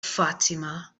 fatima